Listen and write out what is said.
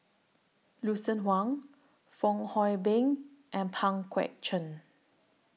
Lucien Wang Fong Hoe Beng and Pang Guek Cheng